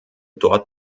dort